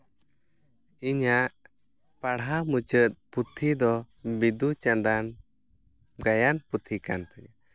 ᱤᱧᱟᱹᱜ ᱯᱟᱲᱦᱟᱣ ᱢᱩᱪᱟᱹᱫ ᱯᱩᱛᱷᱤ ᱫᱚ ᱵᱤᱫᱩ ᱪᱟᱸᱫᱟᱱ ᱜᱟᱭᱟᱱ ᱯᱩᱛᱷᱤ ᱠᱟᱱ ᱛᱤᱧᱟᱹ